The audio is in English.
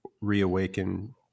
reawaken